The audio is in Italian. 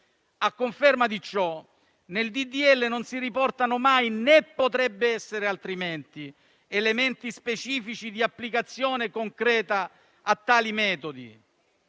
A conferma di ciò, nel disegno di legge non si riportano mai - né potrebbe essere altrimenti - elementi specifici di applicazione concreta a tali metodi,